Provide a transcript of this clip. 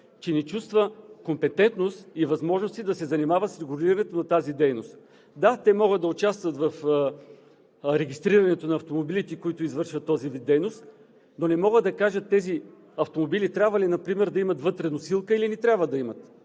че не чувства компетентност и възможности да се занимава с регулирането на тази дейност. Да, те могат да участват в регистрирането на автомобилите, които извършват този вид дейност, но не могат да кажат тези автомобили трябва ли, например, да имат вътре носилка, или не трябва да имат.